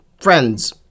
friends